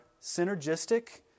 synergistic